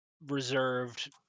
Reserved